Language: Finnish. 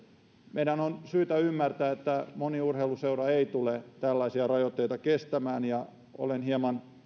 meidän on syytä ymmärtää että moni urheiluseura ei tule tällaisia rajoitteita kestämään ja olen hieman